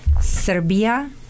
Serbia